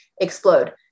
explode